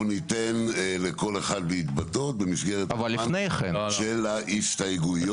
אנחנו ניתן לכל אחד להתבטא במסגרת הזמן של ההסתייגויות.